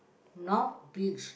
north beach